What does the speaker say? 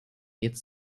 jetzt